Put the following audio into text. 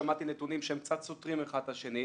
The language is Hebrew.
שמעתי נתונים שהם קצת סותרים אחד את השני.